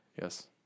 Yes